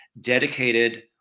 dedicated